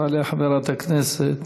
תעלה חברת הכנסת